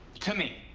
to me.